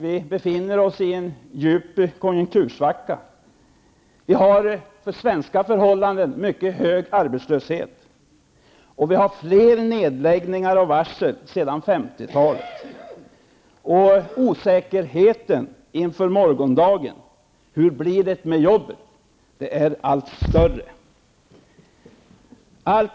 Vi befinner oss i en djup konjunktursvacka. Vi har en för svenska förhållanden mycket hög arbetslöshet, och vi har fler nedläggningar och varsel än vi haft sedan 50-talet. Osäkerheten inför morgondagen om hur det blir med jobben är allt större.